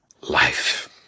life